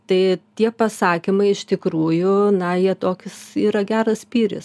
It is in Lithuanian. tai tie pasakymai iš tikrųjų na jie tokis yra geras spyris